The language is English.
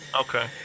okay